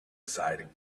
exciting